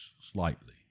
slightly